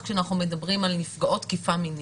כשאנחנו מדברים על נפגעות תקיפה מינית,